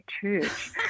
church